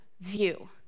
View